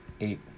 eight